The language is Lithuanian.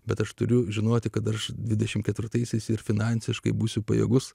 bet aš turiu žinoti kad aš dvidešim ketvirtaisiais ir finansiškai būsiu pajėgus